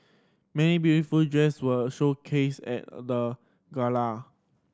many beautiful dress were showcased at the gala